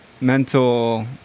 mental